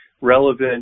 relevant